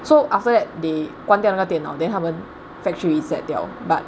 so after that they 关掉那个电脑 then 他们 factory reset 掉 but